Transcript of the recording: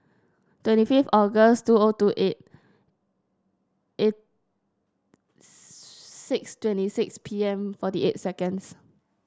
twenty fifth August two O two eight eight six twenty six P M forty eight seconds